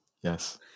yes